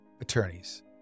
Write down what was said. attorneys